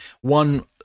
one